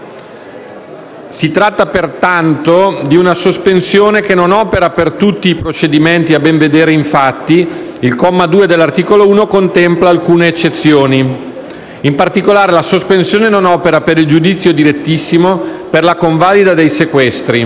Parliamo peraltro di una sospensione che non opera per tutti i procedimenti. A ben vedere, infatti, il comma 2 dell'articolo 1 contempla alcune eccezioni. In particolare, la sospensione non opera per il giudizio direttissimo, per la convalida dei sequestri.